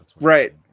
Right